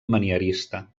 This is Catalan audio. manierista